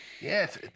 Yes